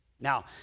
Now